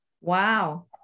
Wow